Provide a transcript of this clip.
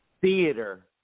theater